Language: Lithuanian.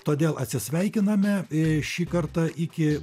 todėl atsisveikiname ir šį kartą iki